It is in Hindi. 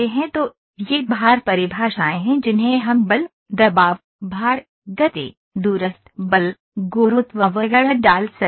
तो ये भार परिभाषाएँ हैं जिन्हें हम बल दबाव भार गति दूरस्थ बल गुरुत्व वगैरह डाल सकते हैं